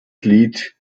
glied